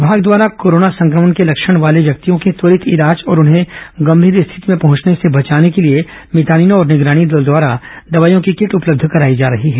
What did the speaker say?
विभाग द्वारा कोरोना संक्रमण के लक्षण वाले व्यक्तियों के त्वरित इलाज और उन्हें गंभीर स्थिति में पहुंचने से बचाने के लिए मितानिनों और निगरानी दल द्वारा दबाईयों की किट उपलब्ध कराई जा रही है